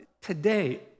today